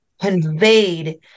conveyed